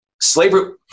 Slavery